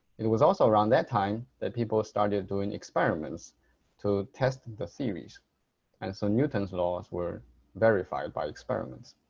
it was also around that time that people started doing experiments to test the theories and so newton's laws were verified by experiments.